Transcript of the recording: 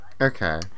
Okay